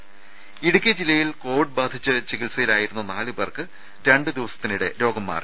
രദേ ഇടുക്കി ജില്ലയിൽ കോവിഡ് ബാധിച്ച് ചികിത്സയിലായിരുന്ന നാലുപേർക്ക് രണ്ട് ദിവസത്തിനിടെ രോഗം മാറി